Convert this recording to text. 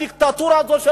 הדיקטטורה של